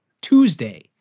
Tuesday